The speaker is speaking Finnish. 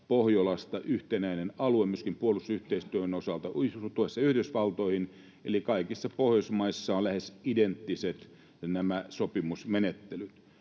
Pohjolasta yhtenäinen alue myöskin puolustusyhteistyön osalta suhteessa Yhdysvaltoihin, eli kaikissa Pohjoismaissa ovat lähes identtiset nämä sopimusmenettelyt,